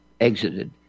exited